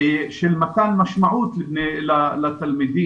של מתן משמעות לתלמידים,